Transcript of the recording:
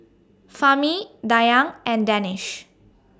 Fahmi Dayang and Danish